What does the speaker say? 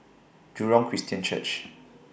Jurong Christian Church